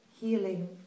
healing